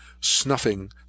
snuffing